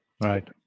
Right